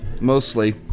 mostly